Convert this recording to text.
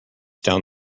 down